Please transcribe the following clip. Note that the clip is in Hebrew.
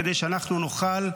כדי שאנחנו נוכל,